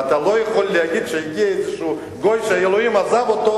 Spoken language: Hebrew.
ואתה לא יכול להגיד שהגיע איזה גוי שאלוהים עזב אותו.